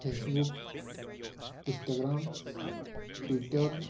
face book Instagram twitter